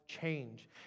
change